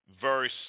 Verse